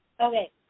Okay